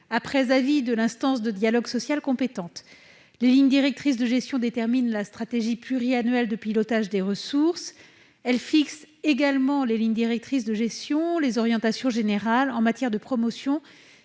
après avis de l'instance de dialogue social compétente. Ces lignes directrices de gestion doivent déterminer la stratégie pluriannuelle de pilotage des ressources ; elles fixent également les orientations générales en matière de promotion